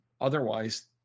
otherwise